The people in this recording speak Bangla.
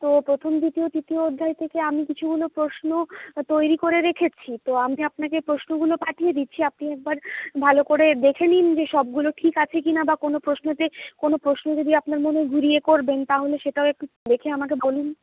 তো প্রথম দ্বিতীয় তৃতীয় অধ্যায় থেকে আমি কিছুগুলো প্রশ্ন তৈরি করে রেখেছি তো আমি আপনাকে প্রশ্নগুলো পাঠিয়ে দিচ্ছি আপনি একবার ভালো করে দেখে নিন যে সবগুলো ঠিক আছে কিনা বা কোন প্রশ্নতে কোন প্রশ্ন যদি আপনার মনে ঘুরিয়ে করবেন তাহলে সেটাও একটু দেখে আমাকে বলুন